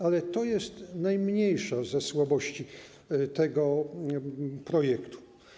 Ale to jest najmniejsza ze słabości tego projektu.